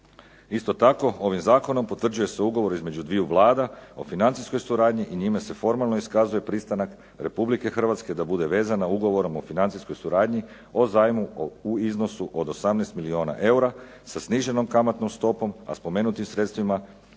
Isto tako ovim zakonom potvrđuje se ugovor između dviju Vlada o financijskoj suradnji i njime se formalno iskazuje pristanak Republike Hrvatske da bude vezana ugovorom o financijskoj suradnji o zajmu u iznosu od 18 milijuna eura sa sniženom kamatnom stopom, a spomenutim sredstvima